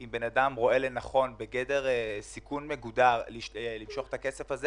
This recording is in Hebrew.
אם בן אדם רואה לנכון למשוך את הכסף הזה,